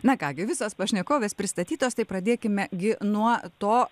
na ką gi visos pašnekovės pristatytos tai pradėkime gi nuo to